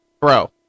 Bro